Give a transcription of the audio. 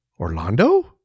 Orlando